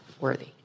worthy